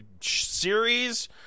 series